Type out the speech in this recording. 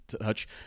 touch